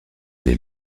des